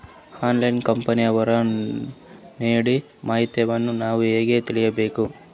Insurance ಕಂಪನಿಯವರು ನೀಡೋ ಮಾಹಿತಿಯನ್ನು ನಾವು ಹೆಂಗಾ ತಿಳಿಬೇಕ್ರಿ?